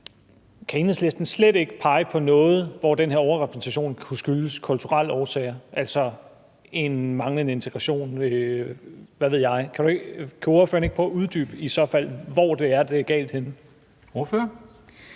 om Enhedslisten slet ikke kan pege på noget, hvor den her overrepræsentation kunne skyldes kulturelle årsager, altså en manglende integration, hvad ved jeg. Kan ordføreren ikke prøve at uddybe, i så fald hvor det er, det er galt henne?